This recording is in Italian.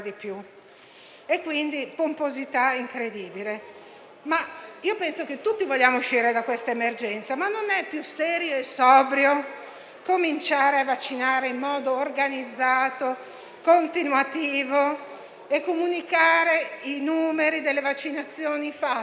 una pomposità incredibile. Io penso che tutti vogliamo uscire da questa emergenza ma non sarebbe più serio e sobrio cominciare a vaccinare in modo organizzato e continuativo e comunicare i numeri delle vaccinazioni fatte?